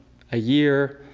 a year?